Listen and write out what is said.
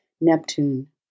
Neptune